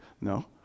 No